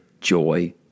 joy